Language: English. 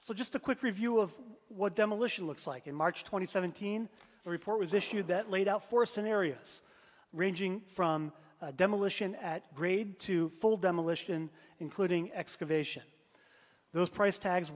so just a quick review of what demolition looks like in march twenty seventh seen a report was issued that laid out four scenarios ranging from demolition at grade to full demolition including excavation those price tags